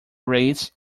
race